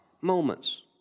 moments